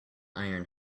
iron